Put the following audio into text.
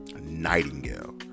Nightingale